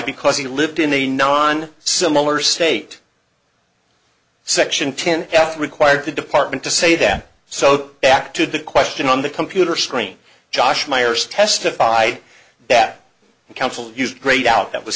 because he lived in a non similar state section ten f required the department to say that so back to the question on the computer screen josh myers testified that the council used greyed out that was